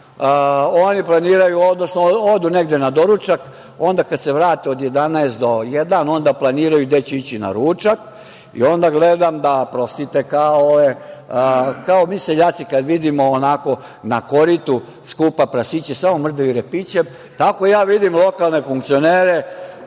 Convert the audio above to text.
oni planiraju, odnosno odu negde na doručak. Onda kad se vrate od jedanaest do jedan onda planiraju gde će ići na ručak i onda gledam, da prostite, kao mi seljaci kada vidimo onako na koritu skupa prasiće, samo mrdaju repićem. Tako ja vidim lokalne funkcionere,